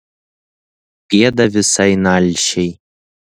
gėda visai nalšiai